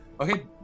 Okay